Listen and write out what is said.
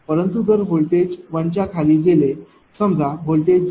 परंतु जर व्होल्टेज 1 च्या खाली गेला समजा व्होल्टेज 0